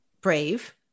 brave